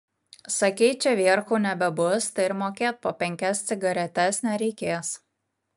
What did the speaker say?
sakei čia vierchų nebebus tai ir mokėt po penkias cigaretes nereikės